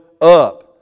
up